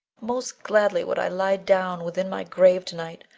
most gladly would i lie down within my grave tonight,